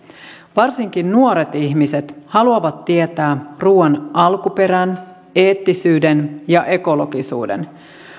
varsinkin nuoret ihmiset haluavat tietää ruuan alkuperän eettisyyden ja ekologisuuden